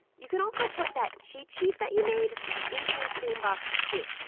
you could also put that cheat sheet that you made into your stain box, too.